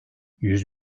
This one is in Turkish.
yüz